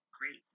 great